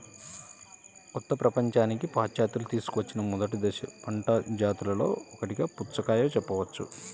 కొత్త ప్రపంచానికి పాశ్చాత్యులు తీసుకువచ్చిన మొదటి పంట జాతులలో ఒకటిగా పుచ్చకాయను చెప్పవచ్చు